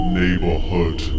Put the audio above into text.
neighborhood